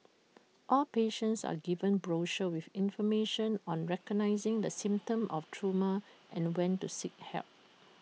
all patients are given brochures with information on recognising the symptoms of trauma and when to seek help